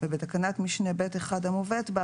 בתקנת משנה (ב1) המובאת בה,